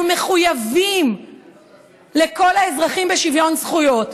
מחויבים לכל האזרחים לשוויון זכויות,